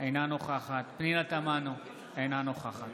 אינה נוכחת פנינה תמנו, אינה נוכחת